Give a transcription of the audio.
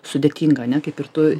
sudėtinga ane kaip ir tu